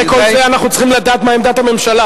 אחרי כל זה אנחנו רוצים לדעת מה עמדת הממשלה,